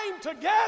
together